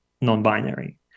non-binary